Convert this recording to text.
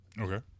Okay